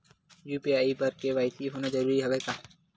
UPI बर KYC होना जरूरी हवय का?